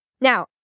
Now